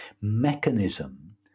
mechanism